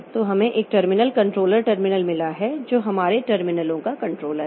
तो हमें एक टर्मिनल कंट्रोलर टर्मिनल मिला है जो हमारे टर्मिनलों का कंट्रोलर है